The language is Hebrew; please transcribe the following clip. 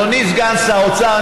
אדוני סגן שר האוצר,